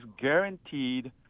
guaranteed